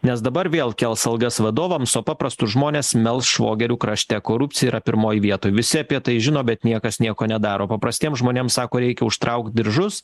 nes dabar vėl kels algas vadovams o paprastus žmones melš švogerių krašte korupcija yra pirmoj vietoj visi apie tai žino bet niekas nieko nedaro paprastiem žmonėm sako reikia užtraukt diržus